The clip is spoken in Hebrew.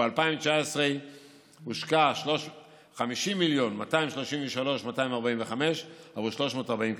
ב-2019 הושקעו 50 מיליון ו-233,245 עבור 340 כיתות.